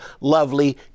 lovely